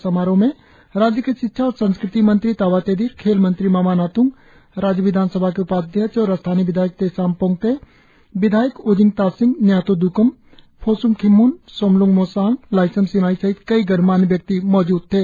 चांगलांग में आयोजित पोग्तो क्ह उत्सव समारोह में राज्य के शिक्षा और संस्कृति मंत्री ताबा तेदिर खेल मंत्री माना नातंग राज्य विधानसभा के उपाध्यक्ष और स्थानीय विधायक तेसाम पोंगते विधायक ओजिंग तासिंग न्यातो द्क्म फोस्म खिमहन सोमल्ंग मोसांग लाइसम सिमाई सहित कई गणमान्य व्यक्ति मौजूद थे